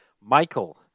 Michael